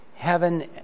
heaven